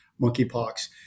monkeypox